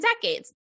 decades